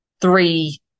three